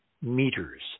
meters